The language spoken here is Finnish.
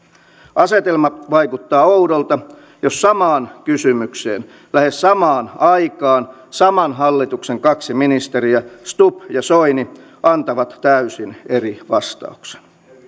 asetelma vaikuttaa oudolta jos samaan kysymykseen lähes samaan aikaan saman hallituksen kaksi ministeriä stubb ja soini antavat täysin eri vastauksen